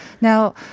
Now